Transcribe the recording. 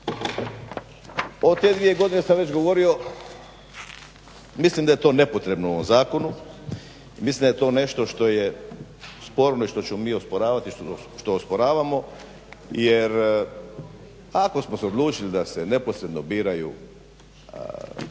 O te dvije godine sam već govorio mislim da je to nepotrebno u ovom zakonu i mislim da je to nešto što je sporno i što ćemo mi osporavati, što osporavamo, jer ako smo se odlučili da se neposredno biraju